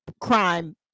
crime